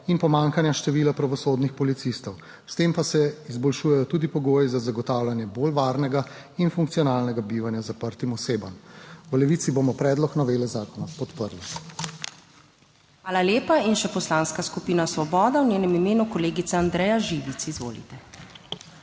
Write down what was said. in pomanjkanja števila pravosodnih policistov, s tem pa se izboljšujejo tudi pogoji za zagotavljanje bolj varnega in funkcionalnega bivanja zaprtim osebam. V Levici bomo predlog novele zakona podprli. PREDSEDNICA MAG. URŠKA KLAKOČAR ZUPANČIČ: Hvala lepa. In še Poslanska skupina Svoboda, v njenem imenu kolegica Andreja Živic. Izvolite.